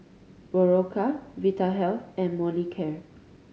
Berocca Vitahealth and Molicare